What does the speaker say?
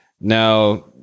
Now